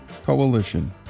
coalition